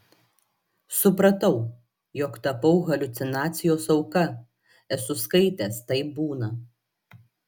supratau jog tapau haliucinacijos auka esu skaitęs taip būna